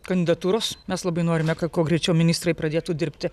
kandidatūros mes labai norime kad kuo greičiau ministrai pradėtų dirbti